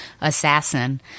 assassin